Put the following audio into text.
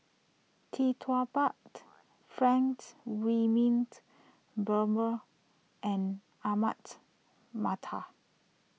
Tee Tua Ba Franks Wilmint Brewer and Ahmad Mattar